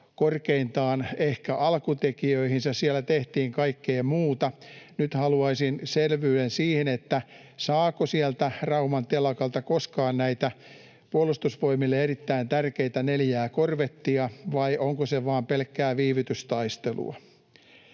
korkeintaan ehkä alkutekijöihinsä. Siellä tehtiin kaikkea muuta. Nyt haluaisin selvyyden siihen, saako sieltä Rauman telakalta koskaan näitä Puolustusvoimille erittäin tärkeitä neljää korvettia, vai onko se vain pelkkää viivytystaistelua.